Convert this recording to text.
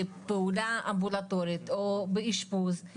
פעולה אמבולטורית או באשפוז,